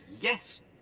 yes